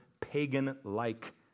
pagan-like